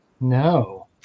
No